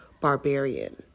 barbarian